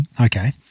Okay